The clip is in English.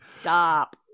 Stop